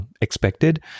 expected